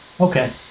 Okay